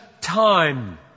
time